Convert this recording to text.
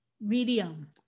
Medium